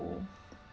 to